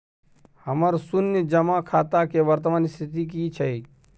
हमर शुन्य जमा खाता के वर्तमान स्थिति की छै?